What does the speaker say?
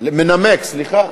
מנמק, סליחה.